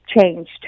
changed